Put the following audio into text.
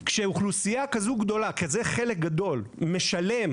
כשאוכלוסייה כזאת גדולה משלמת,